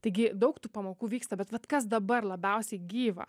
taigi daug tų pamokų vyksta bet vat kas dabar labiausiai gyva